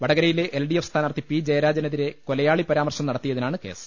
വടകരയിലെ L D F സ്ഥാനാർത്ഥി P ജയരാജനെതിരെ കൊലയാളി പരാമർശം നടത്തിയതിനാണ് കേസ്